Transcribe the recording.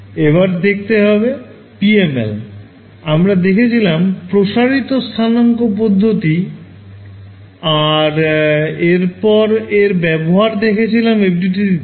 এবার দেখতে হবে PML আমরা দেখেছিলাম প্রসারিত স্থানাঙ্ক পদ্ধতি আর এরপর এর ব্যবহার দেখেছিলাম FDTD তে